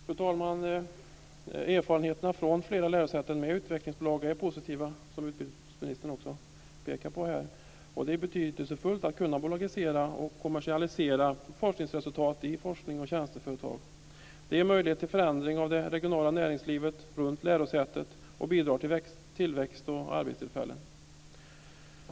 Fru talman! Erfarenheterna från flera lärosäten med utvecklingsbolag är positiva, som utbildningsministern också pekar på här. Det är betydelsefullt att kunna bolagisera och kommersialisera forskningsresultat i forsknings och tjänsteföretag. Det ger möjlighet till förändring av det regionala näringslivet runt lärosätet och bidrar till tillväxt och arbetstillfällen.